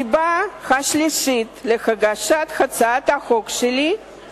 הסיבה השלישית להגשת הצעת החוק שלי היא